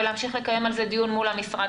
ולהמשיך לקיים על זה דיון מול המשרד.